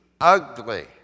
ugly